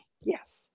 Yes